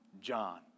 John